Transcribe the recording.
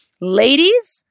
ladies